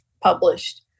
published